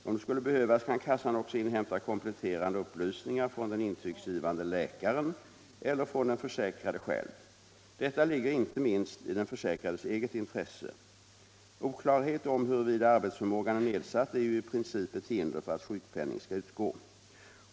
Om det skulle behövas kan kassan också inhämta kompletterande upplysningar från den intygsgivande läkaren eller från den försäkrade själv. Detta ligger inte minst i den försäkrades eget intresse. Oklarhet om huruvida arbetsförmågan är nedsatt är ju i princip ett hinder för att sjukpenning skall utgå.